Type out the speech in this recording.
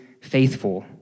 faithful